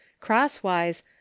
crosswise